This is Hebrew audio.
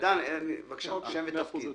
שם ותפקיד.